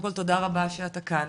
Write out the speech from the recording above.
קודם כל תודה רבה שאתה כאן